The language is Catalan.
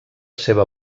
seva